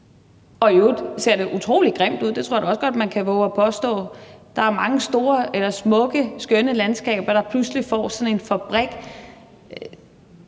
Og i øvrigt ser det utrolig grimt ud – det tror jeg også godt man kan vove at påstå. Der er mange smukke, skønne landskaber, der pludselig får sådan en fabrik.